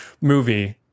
movie